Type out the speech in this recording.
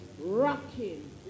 rocking